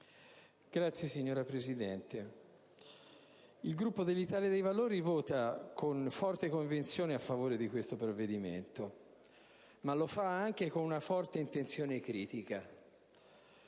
il Gruppo dell'Italia dei Valori voterà con forte convinzione a favore di questo disegno di legge, ma lo farà anche con una forte intenzione critica.